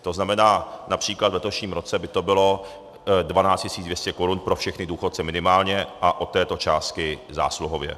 To znamená, například v letošním roce by to bylo 12 200 korun pro všechny důchodce minimálně a od této částky zásluhově.